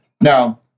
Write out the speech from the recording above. Now